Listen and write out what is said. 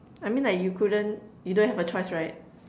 I mean like you couldn't you don't have a choice right